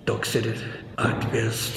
toks ir atvejis